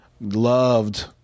loved